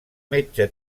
metge